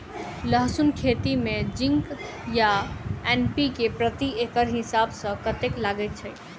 लहसून खेती मे जिंक आ एन.पी.के प्रति एकड़ हिसाब सँ कतेक लागै छै?